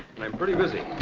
and i'm pretty busy.